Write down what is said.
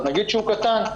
אז נגיד שהוא קטן.